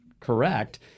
correct